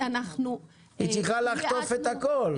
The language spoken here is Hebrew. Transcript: היא צריכה לחטוף את הכול.